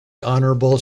honorable